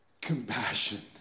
compassion